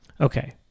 okay